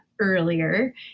earlier